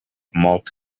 malt